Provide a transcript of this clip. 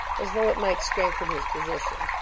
as though it might strengthen his position.